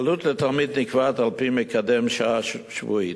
העלות לתלמיד נקבעת על-פי מקדם שעה שבועית.